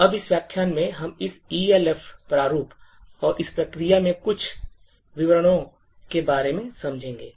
अब इस व्याख्यान में हम इस Elf प्रारूप और इस प्रक्रिया में कुछ विवरणों के बारे में समझेंगे